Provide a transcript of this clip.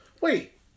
Wait